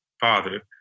father